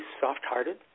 soft-hearted